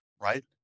right